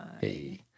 hey